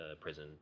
prison